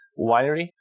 winery